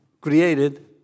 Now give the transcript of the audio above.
created